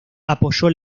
apoyó